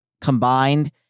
combined